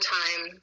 time